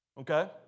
okay